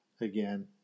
again